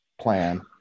plan